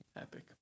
Epic